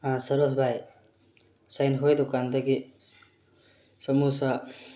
ꯁꯔꯣꯁ ꯚꯥꯏ ꯉꯁꯥꯏ ꯅꯈꯣꯏ ꯗꯨꯀꯥꯟꯗꯒꯤ ꯁꯃꯣꯁꯥ